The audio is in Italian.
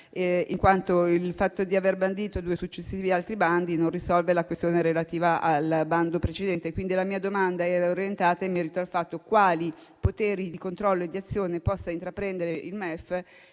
in quanto il fatto di aver bandito due successivi altri bandi non risolve la questione relativa al bando precedente. La mia domanda era orientata a comprendere quali poteri di controllo e di azione possa intraprendere il MEF